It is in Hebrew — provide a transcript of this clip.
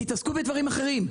תתעסקו בדברים אחרים.